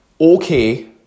okay